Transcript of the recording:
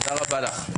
תודה רבה לך.